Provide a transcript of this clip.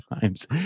times